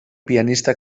pianista